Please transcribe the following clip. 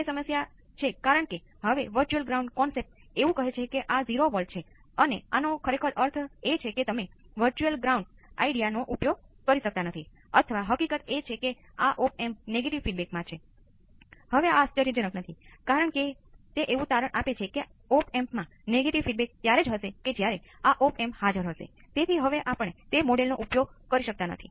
તેથી હવે આ કોઈપણ પ્રથમ ઓર્ડર સર્કિટ અને નિયંત્રિત સ્રોત હોઈ શકે છે